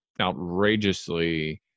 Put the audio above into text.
outrageously